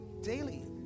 daily